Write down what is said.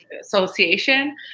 association